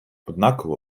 однаково